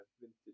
vintage